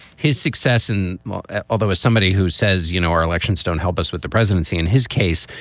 his success and although as somebody who says, you know, our elections don't help us with the presidency, in his case,